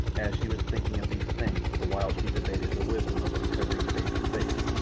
as she was thinking of these things the while she debated the wisdom of uncovering the baby's face,